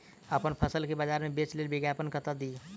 अप्पन फसल केँ बजार मे बेच लेल विज्ञापन कतह दी?